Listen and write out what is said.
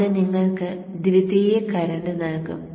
അത് നിങ്ങൾക്ക് ദ്വിതീയ കറന്റ് നൽകും